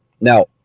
Now